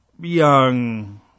young